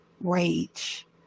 rage